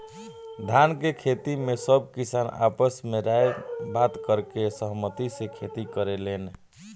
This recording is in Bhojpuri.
धान के खेती में सब किसान आपस में राय बात करके सहमती से खेती करेलेन